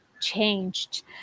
changed